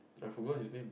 I forgot his name